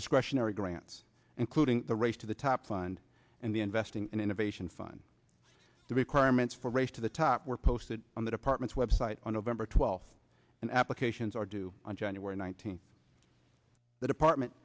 discretionary grants including the race to the top fund and the investing in innovation fund the requirements for race to the top were posted on the department's web site on november twelfth and applications are due on january nineteenth the department